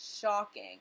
shocking